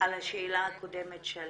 על השאלה הקודמת של